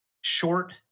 short